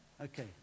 Okay